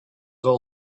all